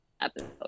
episode